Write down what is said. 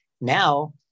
Now